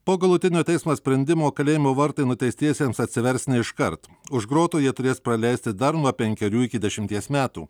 po galutinio teismo sprendimo kalėjimo vartai nuteistiesiems atsivers ne iškart už grotų jie turės praleisti dar nuo penkerių iki dešimties metų